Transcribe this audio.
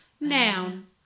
noun